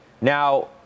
Now